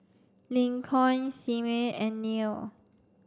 Lincoln Symone and Neil